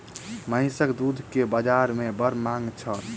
महीसक दूध के बाजार में बड़ मांग छल